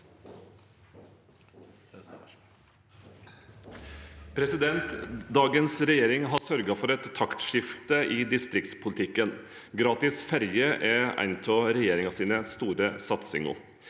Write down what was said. Dagens regjering har sørget for et taktskifte i distriktspolitikken. Gratis ferje er en av regjeringens store satsinger.